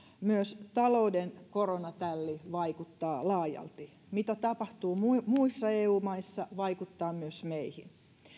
myös talouden koronatälli vaikuttaa laajalti mitä tapahtuu muissa eu maissa vaikuttaa myös meihin